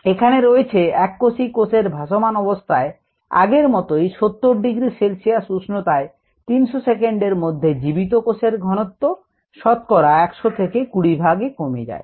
এখানে রয়েছে এককোষী কোষের ভাসমান অবস্থায় আগের মতোই 70 ডিগ্রি সেলসিয়াস উষ্ণতায় 300 সেকেন্ডের মধ্যে জীবিত কোষ এর ঘনত্ব শতকরা 100 থেকে 20 ভাগে কমে যায়